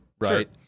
Right